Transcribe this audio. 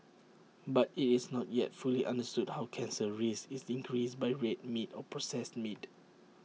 but IT is not yet fully understood how cancer risk is increased by red meat or processed meat